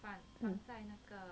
mm